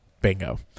bingo